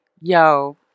Yo